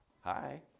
Hi